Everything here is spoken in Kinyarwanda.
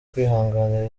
kwihanganira